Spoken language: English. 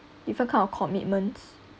different kind of commitments